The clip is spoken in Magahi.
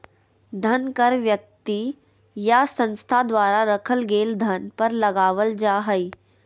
धन कर व्यक्ति या संस्था द्वारा रखल गेल धन पर लगावल जा हइ